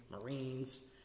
Marines